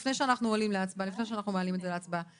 לפני שאנחנו מעלים את זה להצבעה,